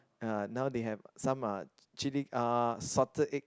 uh now they have some uh chilli uh salted egg